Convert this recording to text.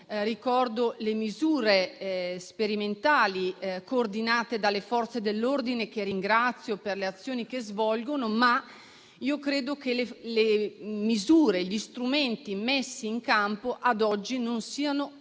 Ricordo le misure sperimentali coordinate dalle Forze dell'ordine, che ringrazio per le azioni che svolgono, ma credo che le misure e gli strumenti messi in campo, ad oggi non siano assolutamente